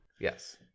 Yes